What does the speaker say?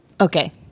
okay